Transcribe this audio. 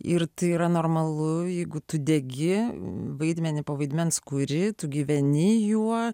ir tai yra normalu jeigu tu degi vaidmenį po vaidmens kurį tu gyveni juo